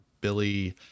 Billy